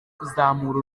kuzamura